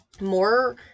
more